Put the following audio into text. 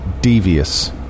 devious